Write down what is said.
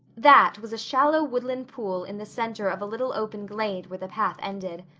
that was a shallow woodland pool in the center of a little open glade where the path ended.